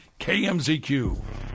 kmzq